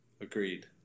Agreed